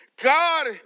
God